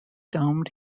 domed